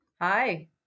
Hi